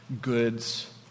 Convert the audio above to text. goods